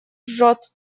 жжет